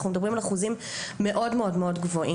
אנחנו מדברים על אחוזים מאוד גבוהים.